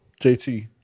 JT